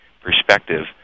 Perspective